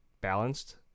balanced